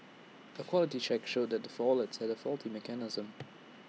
A quality check showed the wallets had A faulty mechanism